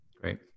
Great